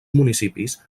municipis